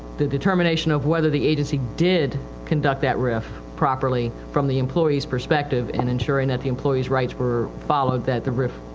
the determination of whether the agency did conduct that rif properly from the employeeis perspective and ensuring that the employeeis rights were followed that the rif,